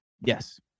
yes